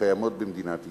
הקיימות במדינת ישראל.